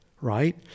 right